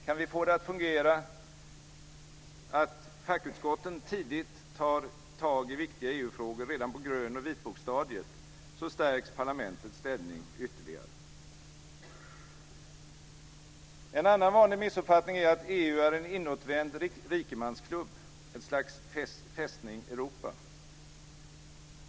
Kan vi få det att fungera att fackutskotten tidigt tar tag i viktiga EU-frågor, redan på grön och vitboksstadiet, stärks parlamentets ställning ytterligare. En annan vanlig missuppfattning är att EU är en inåtvänd rikemansklubb, ett slags Fästning Europa.